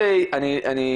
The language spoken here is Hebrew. ביבנה.